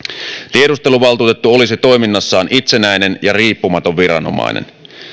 tiedusteluvaltuutettu olisi toiminnassaan itsenäinen ja riippumaton viranomainen